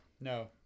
no